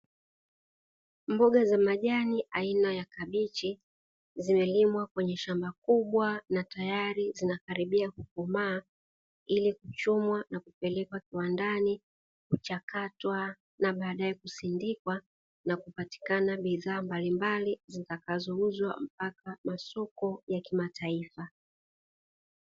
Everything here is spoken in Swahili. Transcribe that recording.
Mboga za majani aina ya kabichi zimelimwa kwenye shamba kubwa na tayari zinakaribia kukomaa ili kuchumwa na kupelekwa kiwandani, kuchakatwa na baadae kusindikwa na kupatikana bidhaa mbalimbali zitakazouzwa mpaka masoko ya kimataifa.